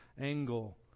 angle